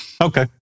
Okay